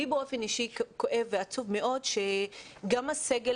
לי באופן אישי כואב ועצוב מאוד שגם הסגל